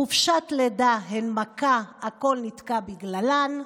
חופשות לידה הן מכה, הכול נתקע בגללן,